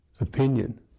opinion